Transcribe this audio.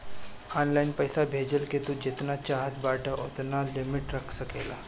online पईसा भेजला के तू जेतना चाहत बाटअ ओतना लिमिट रख सकेला